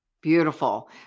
Beautiful